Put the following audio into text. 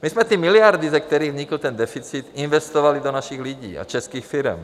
My jsme miliardy, ze kterých vznikl ten deficit, investovali do našich lidí a českých firem.